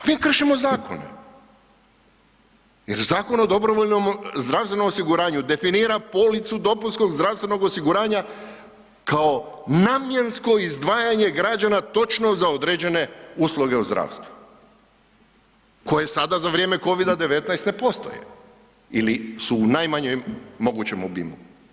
Mi kršimo zakone, jer Zakon o dobrovoljnom zdravstvenom osiguranju definira policu dopunskog zdravstvenog osiguranja kao namjensko izdvajanje građana točno za određene usluge u zdravstvu koje sada za vrijeme Covida-19 ne postoje ili su u najmanjem mogućem obimu.